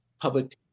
public